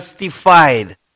justified